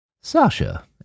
Sasha